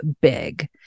big